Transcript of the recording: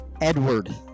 edward